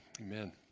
Amen